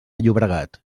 llobregat